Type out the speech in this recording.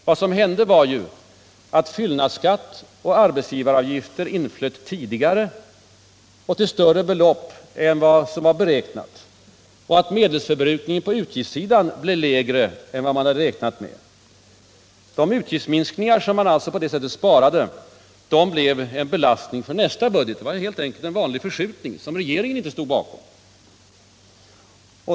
Vad som hände var att fyllnadsskatt och arbetsgivaravgifter inflöt tidigare och till större belopp än vad som var beräknat och att medelsförbrukningen på utgiftssidan blev lägre än vad man hade räknat med. De utgifter som man på det sättet sparade blev en belastning för nästa budget. Det var helt enkelt en vanlig förskjutning, som regeringen inte stod bakom.